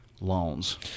loans